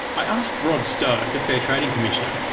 i asked rod stowe, the fair trading commissioner,